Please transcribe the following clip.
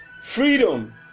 freedom